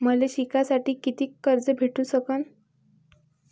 मले शिकासाठी कितीक कर्ज भेटू सकन?